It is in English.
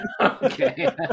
Okay